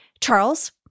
Charles